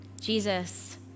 Jesus